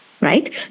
right